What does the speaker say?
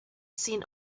seen